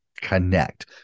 connect